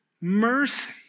mercy